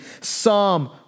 Psalm